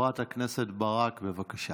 חברת הכנסת ברק, בבקשה.